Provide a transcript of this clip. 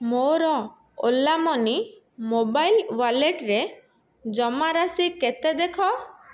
ମୋର Ola money mobile ୱାଲେଟ୍ରେ ଜମା ରାଶି କେତେ ଦେଖ